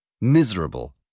Miserable